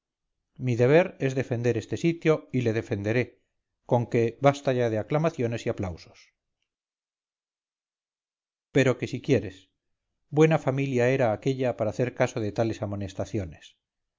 mi deber es defender este sitio y le defenderé conque basta ya de aclamaciones y aplausos pero que si quieres buena familia era aquella para hacer caso de tales amonestaciones